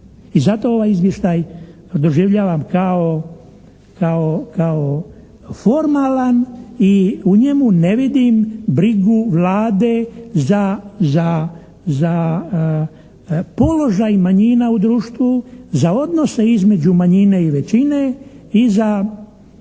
i zato ovaj izvještaj doživljavam kao formalan i u njemu ne vidim brigu Vlade za položaj manjina u društvu, za odnose između manjine i većine i za